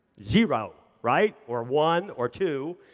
zero, right? or one or two.